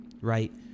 right